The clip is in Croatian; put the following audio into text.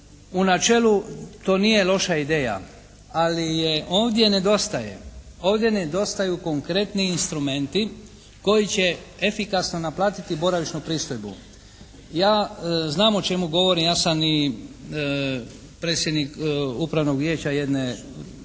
U načelu to nije loša ideja ali je ovdje nedostaje. Ovdje nedostaju konkretni instrumenti koji će efikasno naplatiti boravišnu pristojbu. Ja znam o čemu govorim, ja sam i predsjednik Upravnog vijeća jedne